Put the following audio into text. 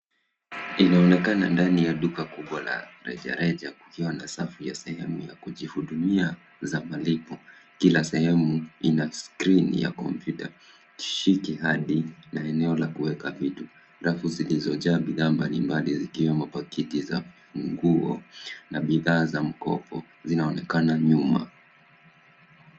Inaonekana ndani ya duka kubwa la rejareja ikiwa na safu ya sehemu ya kujihudumia za malipo. Kila sehemu ina skrini ya kompyuta na eneo la kuweka vitu. Rafu zilizojaa bidhaa mbalimbali ikiwemo pakiti za nguo na bidhaa za mkopo zinaonekana nyuma.